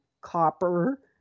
copper